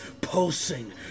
pulsing